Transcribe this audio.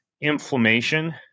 inflammation